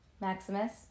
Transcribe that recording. maximus